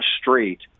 street